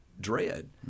dread